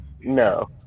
no